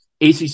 ACC